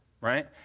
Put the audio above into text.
right